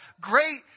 great